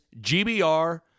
GBR